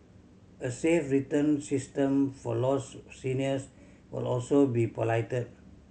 a safe return system for lost seniors will also be piloted